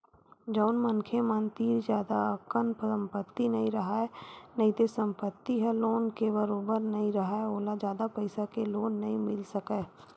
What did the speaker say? जउन मनखे मन तीर जादा अकन संपत्ति नइ राहय नइते संपत्ति ह लोन के बरोबर नइ राहय ओला जादा पइसा के लोन नइ मिल सकय